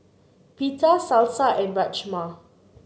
Pita Salsa and Rajma